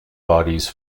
bodies